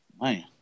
man